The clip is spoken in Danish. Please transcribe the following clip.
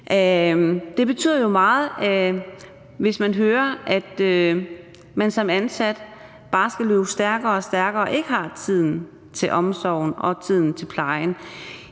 betyder meget – man hører, at man som ansat bare skal løbe stærkere og stærkere og ikke har tiden til omsorgen og tiden til plejen.